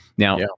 Now